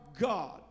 God